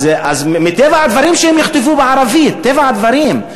מטבע הדברים שהם ייכתבו בערבית, טבע הדברים.